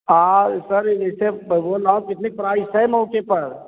आ sir जैसे कितनी price है मौके पर